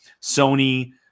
Sony